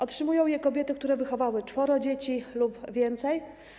Otrzymują je kobiety, które wychowały czworo dzieci lub więcej.